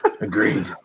Agreed